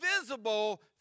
visible